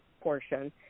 portion